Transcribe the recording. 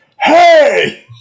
Hey